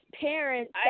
parents